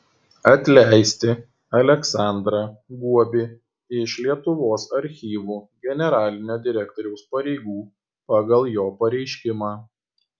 atleisti aleksandrą guobį iš lietuvos archyvų generalinio direktoriaus pareigų pagal jo pareiškimą